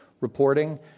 reporting